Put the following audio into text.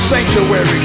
Sanctuary